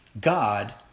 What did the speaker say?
God